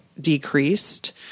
decreased